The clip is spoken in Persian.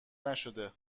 نشده